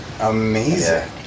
Amazing